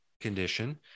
condition